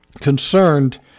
concerned